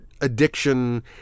addiction